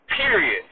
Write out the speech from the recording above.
period